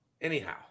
Anyhow